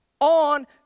on